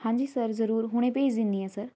ਹਾਂਜੀ ਸਰ ਜ਼ਰੂਰ ਹੁਣੇ ਭੇਜ ਦਿੰਦੀ ਹਾਂ ਸਰ